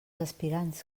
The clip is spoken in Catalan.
aspirants